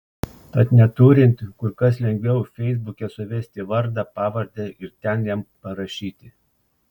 tad neturint kur kas lengviau feisbuke suvesti vardą pavardę ir ten jam parašyti